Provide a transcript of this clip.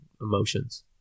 emotions